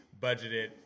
budgeted